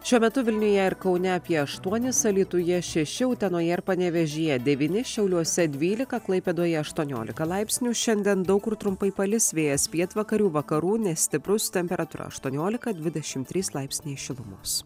šiuo metu vilniuje ir kaune apie aštuonis alytuje šeši utenoje ir panevėžyje devyni šiauliuose dvylika klaipėdoje aštuoniolika laipsnių šiandien daug kur trumpai palis vėjas pietvakarių vakarų nestiprus temperatūra aštuoniolika dvidešimt trys laipsniai šilumos